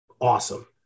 awesome